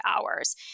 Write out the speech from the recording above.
hours